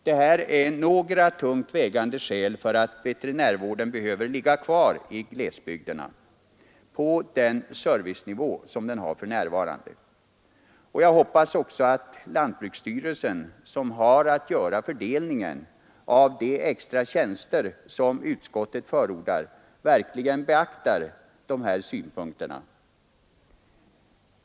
Detta är några tungt vägande skäl för att veterinärvården behöver finnas kvar i glesbygderna på den servicenivå som den har för närvarande. Jag hoppas också att lantbruksstyrelsen, som har att göra fördelningen av de extra tjänster som utskottet förordar, verkligen beaktar dessa synpunkter.